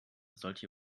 solche